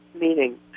meaning